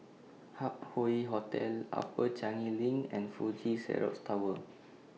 Hup Hoe Hotel Upper Changi LINK and Fuji Xerox Tower